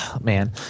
man